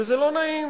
וזה לא נעים,